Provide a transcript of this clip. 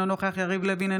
אינו נוכח יריב לוין,